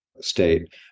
state